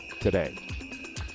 today